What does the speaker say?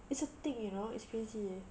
it's a thing you know it's crazy